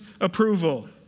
approval